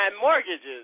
mortgages